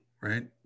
right